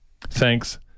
Thanks